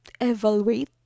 evaluate